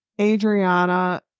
Adriana